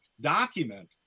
document